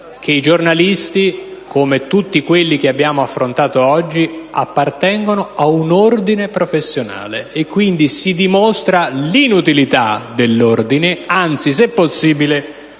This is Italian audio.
che i giornalisti - come tutti quelli che abbiamo affrontato oggi - appartengono ad un ordine professionale. Si dimostra quindi l'inutilità dell'ordine, anzi, se possibile,